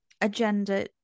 agenda